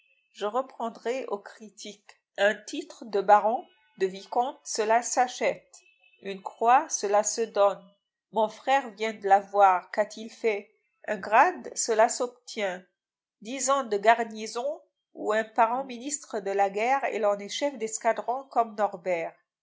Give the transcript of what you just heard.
je répondrais au critique un titre de baron de vicomte cela s'achète une croix cela se donne mon frère vient de l'avoir qu'a-t-il fait un grade cela s'obtient dix ans de garnison ou un parent ministre de la guerre et l'on est chef d'escadron comme norbert